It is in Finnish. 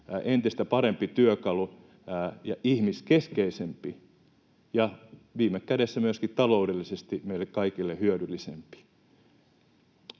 entistä parempi työkalu — ja ihmiskeskeisempi ja viime kädessä myöskin taloudellisesti meille kaikille hyödyllisempi.